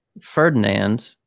Ferdinand